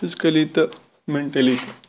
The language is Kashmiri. فِزکلی تہٕ میٚنٹلی تہِ